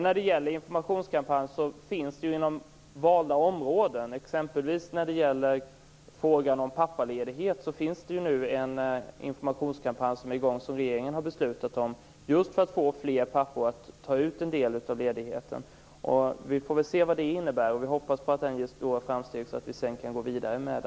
När det gäller informationskampanj är det ju exempelvis när det gäller pappaledighet en informationskampanj i gång som regeringen har beslutat om, just för att få fler pappor att ta ut en del av ledigheten. Vi får se vad det innebär. Vi hoppas att den ger stora framsteg och att vi sedan kan gå vidare med